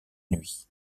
nuit